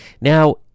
Now